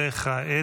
וכעת?